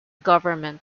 government